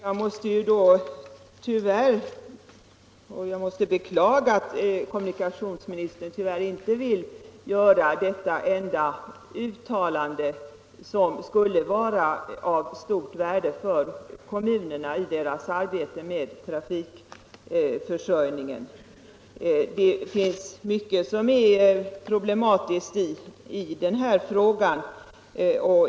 Herr talman! Jag måste beklaga att kommunikationsministern inte vill göra detta uttalande som skulle vara av stort värde för kommunerna i deras arbete med trafikförsörjningsfrågorna. Det finns mycket som är problematiskt i den här frågan.